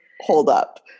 holdup